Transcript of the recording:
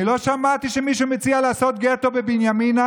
אני לא שמעתי שמישהו מציע לעשות גטו בבנימינה